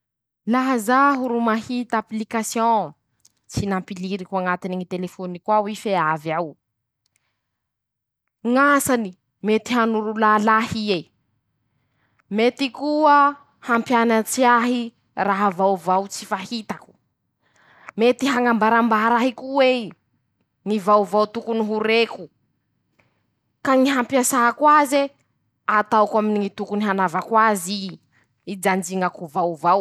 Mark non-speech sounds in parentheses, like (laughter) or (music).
Laha zaho ro mahita application, (shushes) tsy nampiliriko añatiny ñy telefôniko ao i fe avy ao (shushes) ,ñ'asany: -Mety hanoro lala ahy ie (shushes) ;mety koa ,hampianatsy ahy raha vaovao tsy fahitako; (shushes) mety hañambarambara ahy ko'ey ,ñy vaovao tokony ho reko ,ka ñy hampiasako aze ,ataoko aminy ñy tokony anaovako azy i, (shushes) ijanjiñako vaovao.